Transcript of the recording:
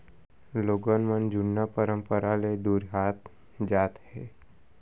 लोगन मन जुन्ना परंपरा ले दुरिहात जात हें